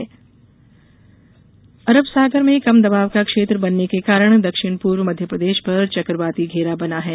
मौसम अरब सागर में कम दबाव का क्षेत्र बनने के कारण दक्षिण पूर्व मध्यप्रदेश पर चक्रवाती घेरा बना है